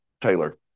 Taylor